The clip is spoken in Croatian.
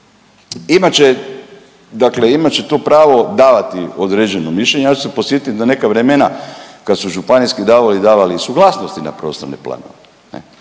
imat će to pravo davati određeno mišljenje. Ja ću se podsjetit na neka vremena kad su županijski …/Govornik se ne razumije./… davali i suglasnosti na prostorni plan.